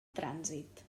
trànsit